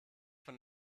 von